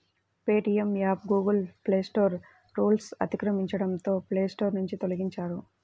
Paytm app Google Play Store రూల్స్ను అతిక్రమించడంతో Play Store నుంచి తొలగించారు